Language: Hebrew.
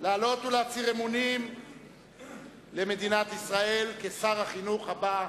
לעלות ולהצהיר אמונים למדינת ישראל כשר החינוך הבא.